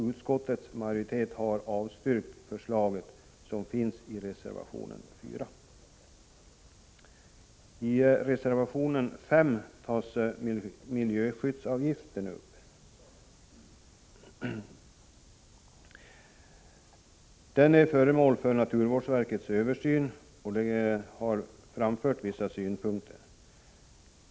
Utskottets majoritet har avstyrkt det förslag som finns i reservation 4. I reservation 5 tas miljöskyddsavgiften upp. Den är föremål för naturvårdsverkets översyn, och verket har framfört vissa synpunkter.